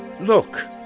Look